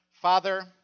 Father